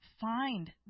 find